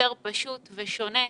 שאלת עוד שאלה לגבי ז' עד ט'.